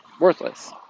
worthless